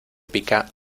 pica